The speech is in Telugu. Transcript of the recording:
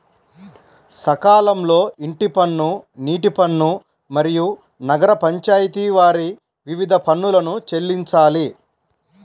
సకాలంలో ఇంటి పన్ను, నీటి పన్ను, మరియు నగర పంచాయితి వారి వివిధ పన్నులను చెల్లించాలి